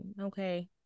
Okay